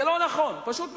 זה לא נכון, פשוט מאוד.